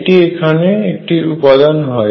এটি এখানে একটি উপাদান হয়